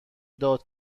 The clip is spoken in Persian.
داد